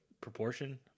proportion